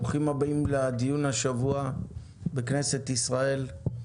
ברוכים הבאים לדיון השבוע בכנסת ישראל.